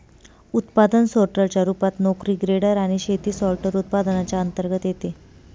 उत्पादन सोर्टर च्या रूपात, नोकरी ग्रेडर आणि शेती सॉर्टर, उत्पादनांच्या अंतर्गत येते